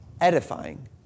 edifying